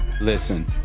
listen